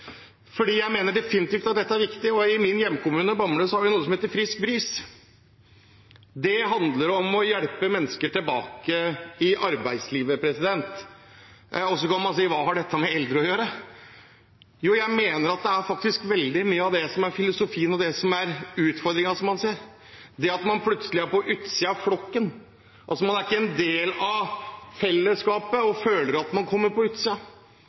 jeg mener definitivt at dette er viktig. I min hjemkommune, Bamble, har vi noe som heter Frisk Bris. Det handler om å hjelpe mennesker tilbake i arbeidslivet. Så kan man si: Hva har dette med eldre å gjøre? Jo, jeg mener at det er veldig mye av det som er filosofien, og det som er utfordringen – det at man plutselig er på utsiden av flokken. Man er ikke en del av fellesskapet og føler at man er kommet på